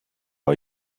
are